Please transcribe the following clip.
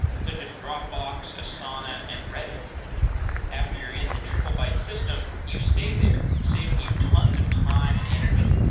such as dropbox, asana and reddit after you're in the triplebyte system, you stay there saving you tons of time and energy.